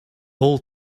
whole